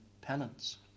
penance